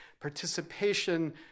participation